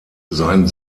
sein